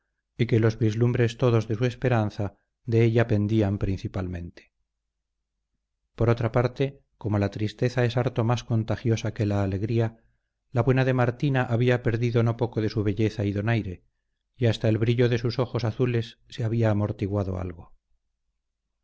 y que los vislumbres todos de su esperanza de ella pendían principalmente por otra parte como la tristeza es harto más contagiosa que la alegría la buena de martina había perdido no poco de su belleza y donaire y hasta el brillo de sus ojos azules se había amortiguado algo